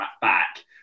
back